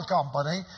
Company